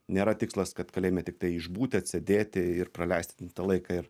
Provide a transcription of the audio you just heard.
nėra tikslas kad kalėjime tiktai išbūti atsėdėti ir praleisti tą laiką ir